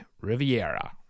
Riviera